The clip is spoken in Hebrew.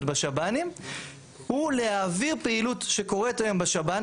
בשב"נים הוא להעביר פעילות שקורית היום בשב"ן,